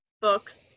books